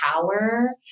power